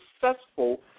successful